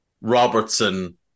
Robertson